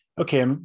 okay